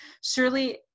Surely